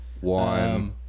one